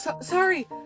sorry